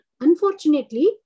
unfortunately